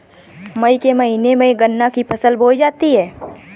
मई के महीने में गन्ना की फसल बोई जाती है